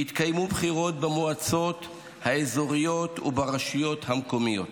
התקיימו בחירות במועצות האזוריות וברשויות המקומיות.